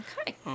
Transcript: Okay